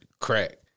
crack